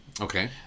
Okay